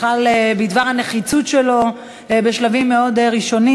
בכלל בדבר הנחיצות שלו בשלבים מאוד ראשונים.